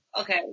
okay